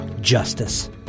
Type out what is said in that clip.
Justice